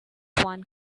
one